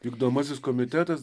vykdomasis komitetas